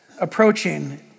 Approaching